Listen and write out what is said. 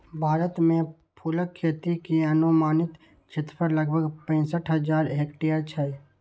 भारत मे फूलक खेती के अनुमानित क्षेत्रफल लगभग पैंसठ हजार हेक्टेयर छै